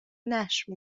نشر